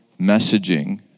messaging